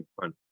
fun